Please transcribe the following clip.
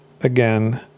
again